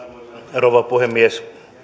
rouva puhemies